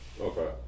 Okay